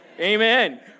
Amen